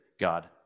God